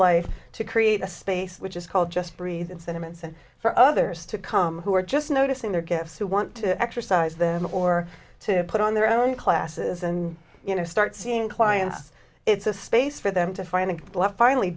life to create a space which is called just breathe and sentiments and for others to come who are just noticing their gifts who want to exercise them or to put on their own classes and you know start seeing clients it's a space for them to find the left finally